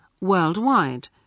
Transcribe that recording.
worldwide